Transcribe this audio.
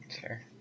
Sure